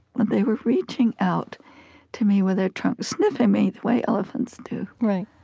and they were reaching out to me with their trunks, sniffing me the way elephants do.